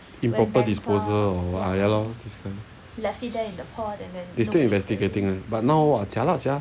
improper disposal or ya lor they still investigating leh but now !wah! jialat sia